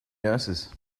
nurses